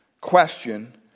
question